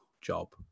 job